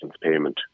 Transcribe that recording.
payment